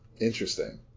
interesting